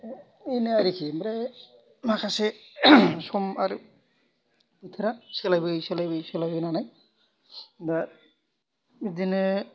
एनो आरोखि आमफ्राय माखासे सम आरो बोथोरा सोलायबोयो सोलायबोयो सोलायबोनानै दा बिदिनो